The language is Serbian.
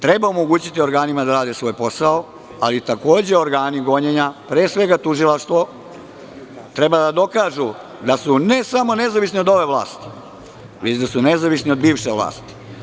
Treba omogućiti organima da rade svoj posao, ali takođe organi gonjenja, pre svega tužilaštvo, treba da dokažu da su ne samo nezavisni od ove vlasti, već da su nezavisni od bivše vlasti.